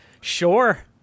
sure